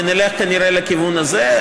ונלך כנראה לכיוון הזה.